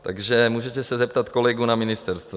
Takže můžete se zeptat kolegů na ministerstvu.